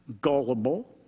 Gullible